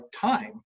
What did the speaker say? time